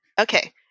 Okay